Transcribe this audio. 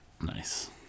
Nice